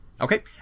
Okay